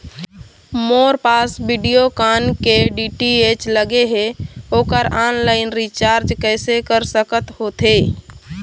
मोर पास वीडियोकॉन के डी.टी.एच लगे हे, ओकर ऑनलाइन रिचार्ज कैसे कर सकत होथे?